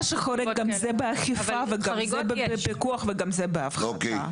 מה שחורג גם זה באכיפה וגם זה בפיקוח וגם זה בהפחתה.